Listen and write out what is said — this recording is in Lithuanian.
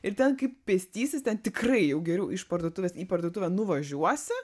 ir ten kaip pėstysis ten tikrai jau geriau iš parduotuvės į parduotuvę nuvažiuosi